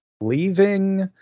leaving